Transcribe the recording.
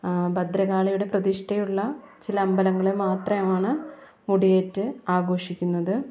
ഭദ്രകാളിയുടെ പ്രതിഷ്ഠയുള്ള ചില അമ്പലങ്ങളിൽ മാത്രമാണ് മൂടിയേറ്റ് ആഘോഷിക്കുന്നത്